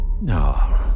No